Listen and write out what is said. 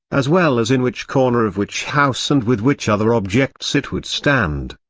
as well as in which corner of which house and with which other objects it would stand.